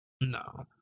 No